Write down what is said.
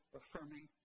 affirming